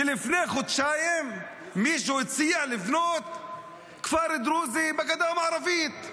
ולפני חודשיים מישהו הציע לבנות כפר דרוזי בגדה המערבית,